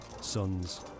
sons